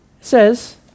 says